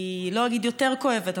לא אגיד שהיא יותר כואבת,